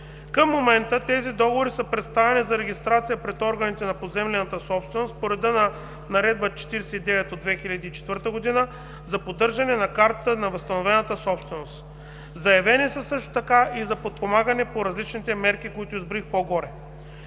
Към момента тези договори са представени за регистрация пред органите на поземлената собственост по реда на Наредба № 49 от 2004 г. за поддържане на картата на възстановената собственост. Заявени са също така и за подпомагане по различните мерки, които изброих по-горе.